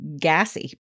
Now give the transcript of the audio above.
gassy